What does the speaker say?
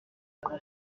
elle